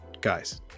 guys